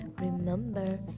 remember